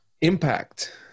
Impact